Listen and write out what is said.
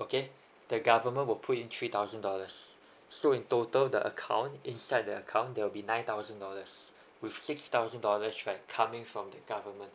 okay the government will put in three thousand dollars so in total the account inside there will be nine thousand dollars with six thousand dollars right coming from the government